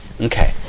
Okay